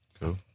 Cool